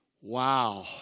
Wow